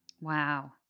Wow